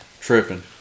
tripping